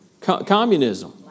Communism